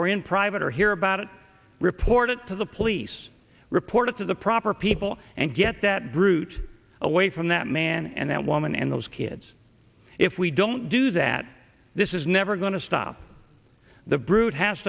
or in private or hear about it report it to the police report it to the proper people and get that brute away from that man and that woman and those kids if we don't do that this is never going to stop the brute has